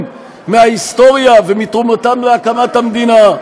מההיסטוריה ומתרומתם להקמת המדינה.